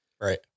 Right